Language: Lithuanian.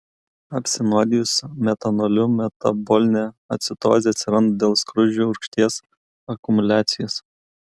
apsinuodijus metanoliu metabolinė acidozė atsiranda dėl skruzdžių rūgšties akumuliacijos